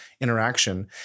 interaction